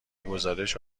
گزارش